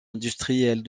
industrielles